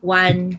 one